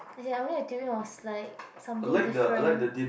their only have tubing was like something different